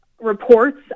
reports